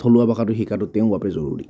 থলুৱা ভাষাটো শিকাটো তেওঁৰ বাবে জৰুৰী